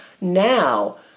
Now